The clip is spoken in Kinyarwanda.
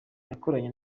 yakoranye